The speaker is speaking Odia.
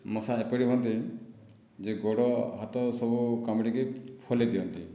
ମଶା ଏପରି ହୁଅନ୍ତି ଯେ ଗୋଡ଼ ହାତ ସବୁ କାମୁଡ଼ିକି ଫୁଲେଇ ଦିଅନ୍ତି